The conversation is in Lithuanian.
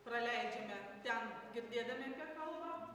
praleidžiame ten girdėdami apie kalbą